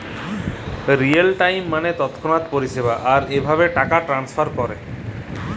Real time মালে তৎক্ষণাৎ পরিষেবা, আর ইভাবে টাকা টেনেসফার ক্যরে